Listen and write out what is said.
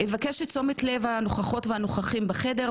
אבקש את תשומת לב הנוכחות והנוכחים בחדר,